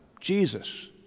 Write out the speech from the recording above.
Jesus